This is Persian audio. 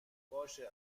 باشه